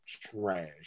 trash